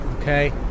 okay